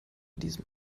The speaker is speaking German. diesem